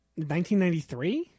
1993